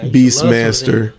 Beastmaster